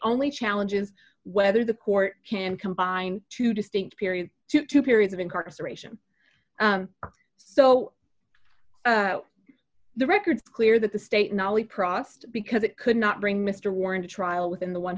only challenges whether the court can combine two distinct periods to two periods of incarceration so the record clear that the state not only prossed because it could not bring mr warren to trial within the one